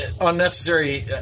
unnecessary